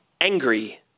angry